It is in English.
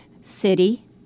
City